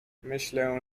myślę